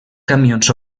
camions